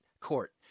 court